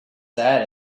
sad